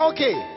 Okay